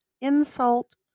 Insult